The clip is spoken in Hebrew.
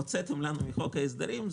הוצאתם לנו מחוק ההסדרים,